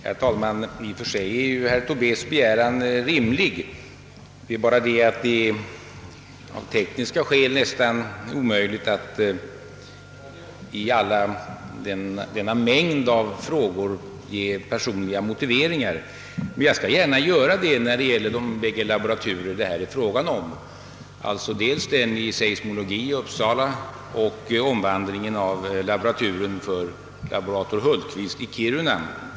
Herr talman! I och för sig är herr Tobés begäran rimlig, men det är av tekniska skäl nästan omöjligt att i denna mängd av ärenden ge personliga motiveringar. Jag skall dock gärna göra det när det gäller omvandlingen till professurer av de bägge laboraturer det här är fråga om, dels en laboratur i seismologi i Uppsala och dels laboraturen i geokosmofysik för laborator Hultqvist i Kiruna.